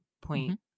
point